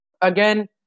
again